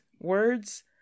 words